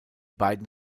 beiden